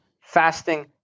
Fasting